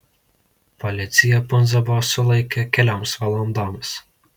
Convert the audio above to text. policija pundzą buvo sulaikę kelioms valandoms